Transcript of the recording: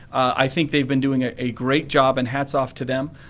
i think they have been doing ah a great job and hats off to them.